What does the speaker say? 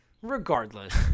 Regardless